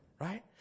right